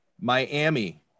Miami